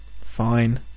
fine